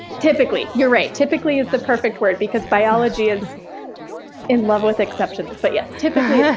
typically. you're right, typically is the perfect word because biology is in love with exceptions. but yes, typically yeah